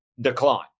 decline